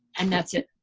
and that's it.